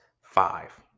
five